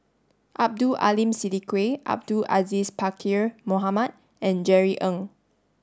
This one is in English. Abdul Aleem Siddique Abdul Aziz Pakkeer Mohamed and Jerry Ng